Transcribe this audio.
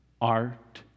art